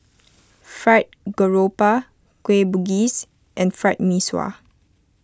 Fried Garoupa Kueh Bugis and Fried Mee Sua